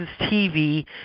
TV